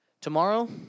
Tomorrow